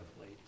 late